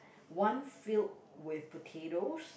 one filled with potatoes